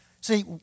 See